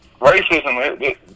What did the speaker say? racism